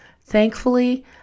Thankfully